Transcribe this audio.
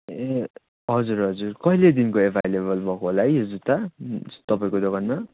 ए हजुर हजुर कहिलेदेखिको एभाइलेबल भएको होला है यो जुत्ता तपाईँको दोकानमा